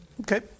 Okay